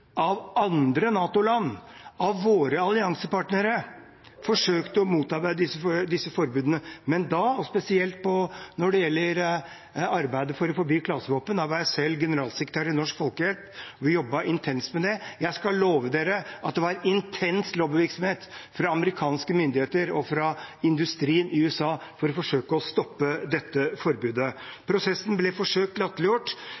av andre NATO-land, av våre alliansepartnere, spesielt når det gjaldt arbeidet for å forby klasevåpen. Da var jeg selv generalsekretær i Norsk Folkehjelp, og vi jobbet intenst med det. Jeg skal love at det var intens lobbyvirksomhet fra amerikanske myndigheter og fra industrien i USA for å forsøke å stoppe dette